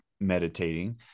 meditating